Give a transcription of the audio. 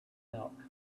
milk